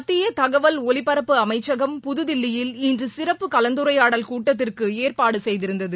மத்திய தகவல் ஒலிபரப்பு அமைச்சகம் புதுதில்லியில் இன்று சிறப்பு கலந்துரையாடல் கூட்டத்திற்கு ஏற்பாடு செய்திருந்தது